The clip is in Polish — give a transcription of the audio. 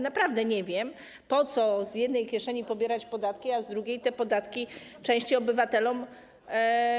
Naprawdę nie wiem, po co do jednej kieszeni pobierać podatki, a z drugiej te podatki oddawać części obywateli.